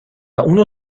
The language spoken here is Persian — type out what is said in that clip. اونو